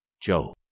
Joe